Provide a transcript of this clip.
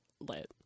lit